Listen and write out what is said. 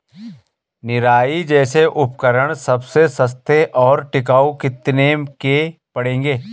निराई जैसे उपकरण सबसे सस्ते और टिकाऊ कितने के पड़ेंगे?